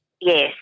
Yes